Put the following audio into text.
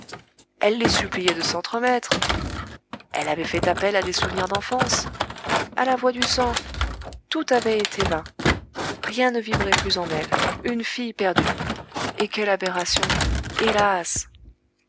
elle les suppliait de s'entremettre elle avait fait appel à des souvenirs d'enfance à la voix du sang tout avait été vain rien ne vibrait plus en elle une fille perdue et quelle aberration hélas